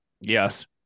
yes